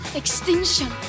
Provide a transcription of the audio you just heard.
extinction